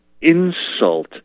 insult